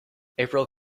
april